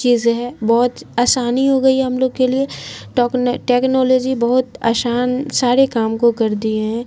چیزیں ہے بہت آسانی ہو گئی ہے ہم لوگ کے لیے ٹیکنالوجی بہت آسان سارے کام کو کر دیے ہیں